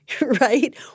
right